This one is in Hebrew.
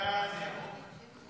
ההצעה להעביר את